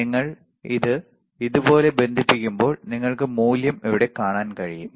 നിങ്ങൾ ഇത് ഇതുപോലെ ബന്ധിപ്പിക്കുമ്പോൾ നിങ്ങൾക്ക് മൂല്യം ഇവിടെ കാണാൻ കഴിയും